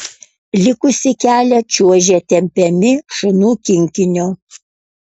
likusį kelią čiuožė tempiami šunų kinkinio